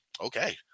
okay